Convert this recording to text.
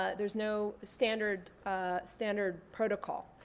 ah there's no standard ah standard protocol.